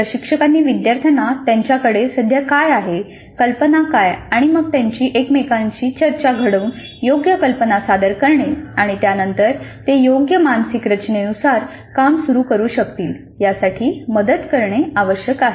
प्रशिक्षकांनी विद्यार्थ्यांना त्यांच्याकडे सध्या काय आहे कल्पना काय आणि मग त्यांची एकमेकांशी चर्चा घडवून योग्य कल्पना सादर करणे आणि त्यानंतर ते योग्य मानसिक रचनेनुसार काम सुरू करू शकतील यासाठी मदत करणे आवश्यक आहे